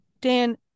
Dan